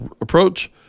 approach